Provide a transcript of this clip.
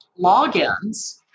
logins